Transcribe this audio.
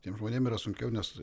tiem žmonėm yra sunkiau nes